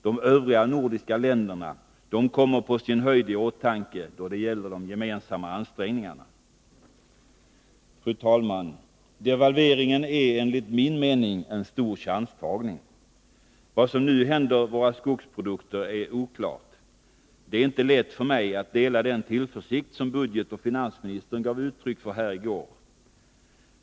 De övriga nordiska länderna kommer på sin höjd i åtanke då det gäller de gemensamma ansträngningarna. Fru talman! Devalveringen är enligt min mening en stor chanstagning. Vad som nu händer våra skogsprodukter är oklart. Det är inte lätt för mig att dela den tillförsikt som ekonomioch budgetministern gav uttryck för här i går.